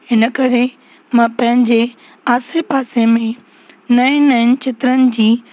हिन करे मां पंहिंजे आसे पासे में नए नए चित्रनि जी